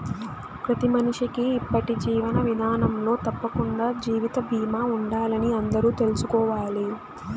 ప్రతి మనిషికీ ఇప్పటి జీవన విదానంలో తప్పకండా జీవిత బీమా ఉండాలని అందరూ తెల్సుకోవాలి